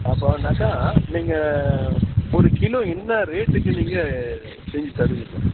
அப்போன்னாக்கா நீங்கள் ஒரு கிலோ என்ன ரேட்டுக்கு நீங்கள் செஞ்சு தருவீங்க